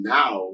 now